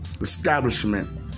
establishment